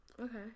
Okay